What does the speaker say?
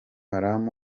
haram